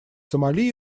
сомали